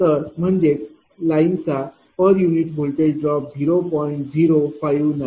तर म्हणजेच लाईनचा पर युनिट व्होल्टेज ड्रॉप 0